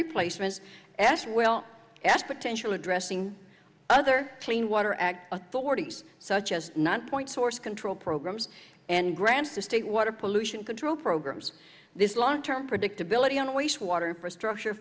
replacement as well as potential addressing other clean water act authorities such as not point source control programs and grants the state water pollution control programs this long term predictability on the wastewater restructure